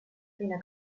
fine